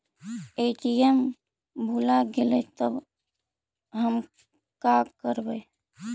ATM भुला गेलय तब हम काकरवय?